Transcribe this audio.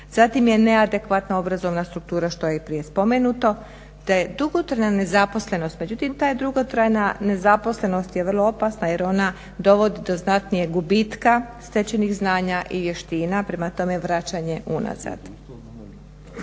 Zatim je neadekvatna obrazovna struktura što je i prije spomenuto te dugotrajna nezaposlenost, međutim ta dugotrajna nezaposlenost je vrlo opasna jer ona dovodi do znatnijeg gubitka stečenih znanja i vještina, prema tome vraćanje unazad.